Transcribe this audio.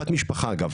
בת משפחה אגב,